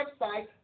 website